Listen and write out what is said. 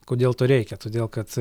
kodėl to reikia todėl kad